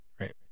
Right